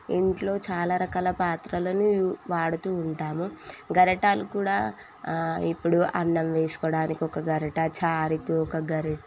ఇంట్లో చాలా రకాల పాత్రలను యూ వాడుతూ ఉంటాము గరిటెలు కూడా ఇప్పుడు అన్నం వేసుకోవడానికి ఒక గరిటె చారుకి ఒక గరిటె